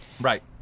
Right